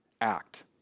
act